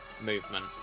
Movement